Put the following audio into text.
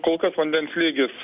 kol kas vandens lygis